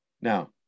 Now